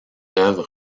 œuvres